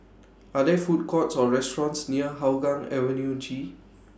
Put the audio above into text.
Are There Food Courts Or restaurants near Hougang Avenue G